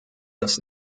das